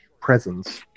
presence